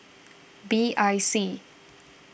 B I C